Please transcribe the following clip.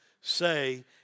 say